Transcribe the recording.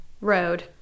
road